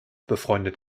befreundet